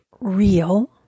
real